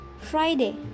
Friday